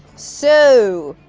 so,